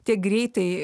tiek greitai